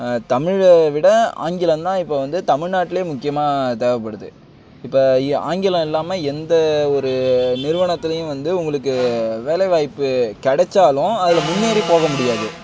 தமிழை விட ஆங்கிலம்தான் இப்போது வந்து தமிழ்நாட்டிலையே முக்கியமாக தேவைப்படுது இப்போ இ ஆங்கிலம் இல்லாமல் எந்த ஒரு நிறுவனத்திலையும் வந்து உங்களுக்கு வேலைவாய்ப்பு கிடைச்சாலும் அதில் முன்னேறி போகமுடியாது